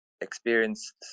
experienced